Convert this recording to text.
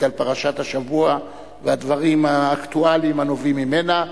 על פרשת השבוע והדברים האקטואליים הנובעים ממנה.